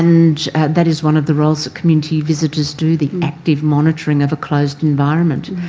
and that is one of the roles that community visitors do, the active monitoring of a closed environment.